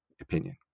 opinion